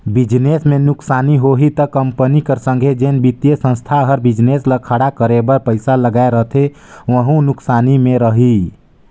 business में नुकसानी होही ता कंपनी कर संघे जेन बित्तीय संस्था हर बिजनेस ल खड़ा करे बर पइसा लगाए रहथे वहूं नुकसानी में रइही